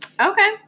Okay